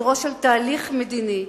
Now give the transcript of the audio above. היעדרו של תהליך מדיני,